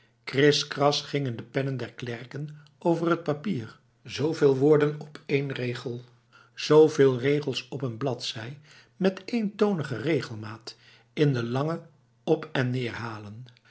kriskras gingen de pennen der klerken over het papier zveel woorden op een regel zveel regels op een bladzijde met eentonige regelmaat in de lange op en neerhalen